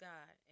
God